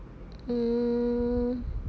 mm